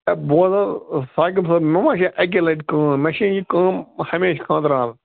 ہے بوز حظ ساقب صٲب مےٚ ما چھِ اَکی لَٹہِ کٲم مےٚ چھِ یہِ کٲم ہمیشہِ خٲطرٕ حظ